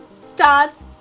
starts